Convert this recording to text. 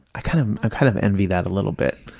i kind um kind of envy that a little bit,